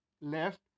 left